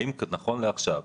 האם נכון לעכשיו,